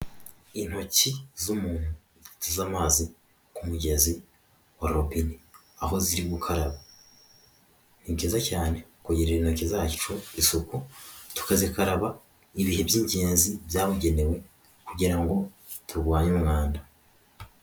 Intoki z'umuntu zoza amazi ku mugezi wa robine aho ziri gukara, ni byiza cyane kugirira intoki zacu isuku tukazikaraba ibihe by'ingenzi byabugenewe kugira ngo turwanye umwanda.